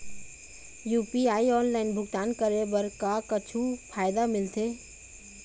UPI online भुगतान करे बर का कुछू फायदा मिलथे?